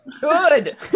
Good